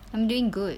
I'm doing good